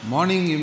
Morning